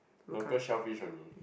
local shellfish only